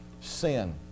sin